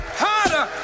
harder